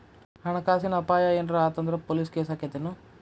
ಹಣ ಕಾಸಿನ್ ಅಪಾಯಾ ಏನರ ಆತ್ ಅಂದ್ರ ಪೊಲೇಸ್ ಕೇಸಾಕ್ಕೇತೆನು?